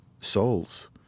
souls